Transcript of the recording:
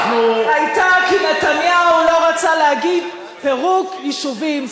וכל, היתה כי נתניהו לא רצה להגיד: פירוק יישובים.